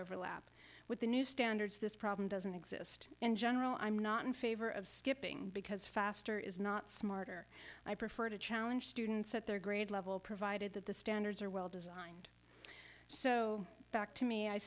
overlap with the new standards this problem doesn't exist in general i'm not in favor of skipping because faster is not smarter i prefer to challenge students at their grade level provided that the standards are well designed so back to me i